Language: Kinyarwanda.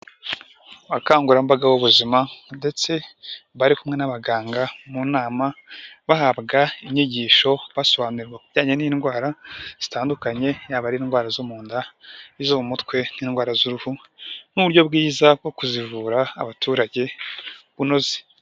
Abakangurambaga b'ubuzima ndetse bari kumwe n'abaganga mu nama, bahabwa inyigisho basobanurirwa ibijyanye n'indwara zitandukanye, yaba ari indwara zo mu nda n'izo mu mutwe n'indwara z'uruhu n'uburyo bwiza bwo kuzivura abaturage bunoze.